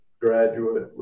graduate